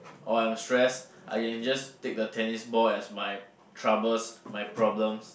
or I'm stress I can just take the tennis ball as my troubles my problems